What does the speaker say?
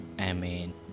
Amen